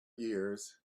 years